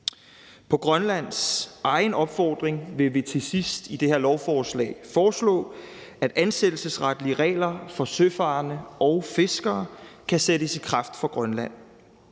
På Grønlands egen opfordring vil vi til sidst i det her lovforslag foreslå, at ansættelsesretlige regler for søfarende og fiskere kan sættes i kraft for Grønland.